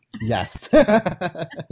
yes